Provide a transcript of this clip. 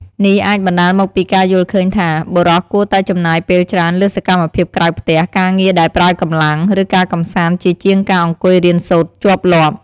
នេះអាចបណ្ដាលមកពីការយល់ឃើញថា បុរសគួរតែចំណាយពេលច្រើនលើសកម្មភាពក្រៅផ្ទះ ការងារដែលប្រើកម្លាំង ឬការកម្សាន្តជាជាងការអង្គុយរៀនសូត្រជាប់លាប់។